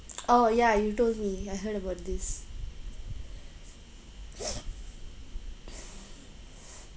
oh ya you told me I heard about this